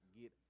get